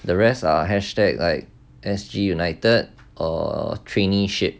the rest are hashtag like S_G united or traineeship